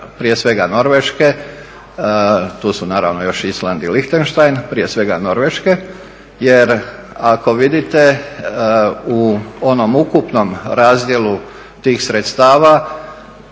prije svega Norveške, tu su naravno još i Island i Lihtenštajn prije svega Norveške jer ako vidite u onom ukupnom razdjelu tih sredstava